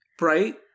Right